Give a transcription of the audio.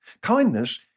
Kindness